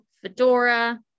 fedora